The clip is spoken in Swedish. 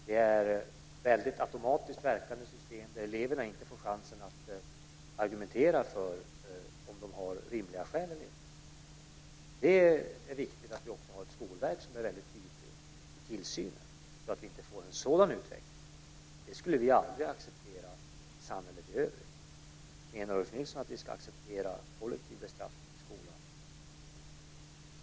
Det är ett väldigt automatiskt verkande system där eleverna inte får chansen att argumentera om de har rimliga skäl. Det är också viktigt att Skolverket är väldigt tydligt i tillsynen så att vi inte får en sådan utveckling. Det skulle vi aldrig acceptera i samhället i övrigt. Menar Ulf Nilsson att vi ska acceptera kollektiv bestraffning i skolorna?